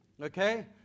Okay